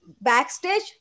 backstage